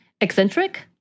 eccentric